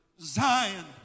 Zion